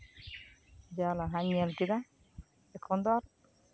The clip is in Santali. ᱡᱟ ᱞᱟᱦᱟᱧ ᱧᱮᱞ ᱠᱮᱫᱟ ᱮᱠᱷᱚᱱ ᱫᱚ ᱟᱨ